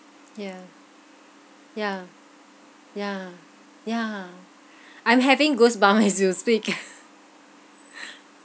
ya ya ya ya I'm having goosebump as you speak